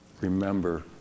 Remember